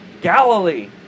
Galilee